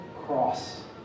cross